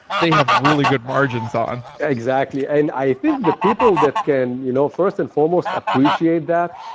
they have really good margins on. exactly. and i think the people that can, you know first and foremost, appreciate that,